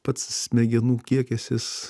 pats smegenų kiekis jis